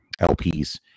LPs